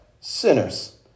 Sinners